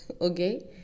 okay